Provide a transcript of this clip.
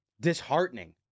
disheartening